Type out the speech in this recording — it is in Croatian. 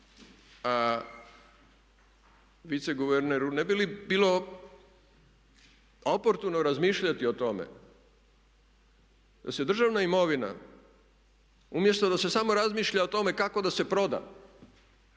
viceguverneru, ne bi li bilo oportuno razmišljati o tome da se državna imovina, umjesto da se samo razmišlja o tome kako da se proda